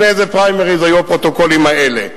לפני איזה פריימריס היו הפרוטוקולים האלה.